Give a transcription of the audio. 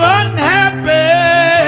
unhappy